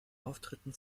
auftritten